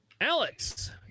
Alex